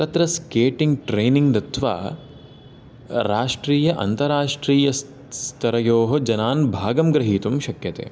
तत्र skating training दत्वा राष्ट्रीय अन्तराष्ट्रीय स्तरयोः जनान् भागं ग्रहीतुं शक्यते